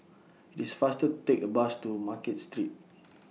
It's faster to Take A Bus to Market Street